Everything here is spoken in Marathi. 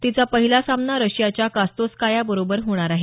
तिचा पहिला सामना रशियाच्या कोस्तेस्काया बरोबर आहे होणार आहे